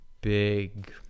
big